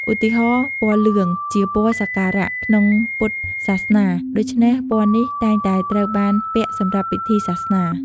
ឧទាហរណ៍ ពណ៌លឿងជាពណ៌សក្ការៈក្នុងពុទ្ធសាសនា ដូច្នេះពណ៌នេះតែងតែត្រូវបានពាក់សម្រាប់ពិធីសាសនា។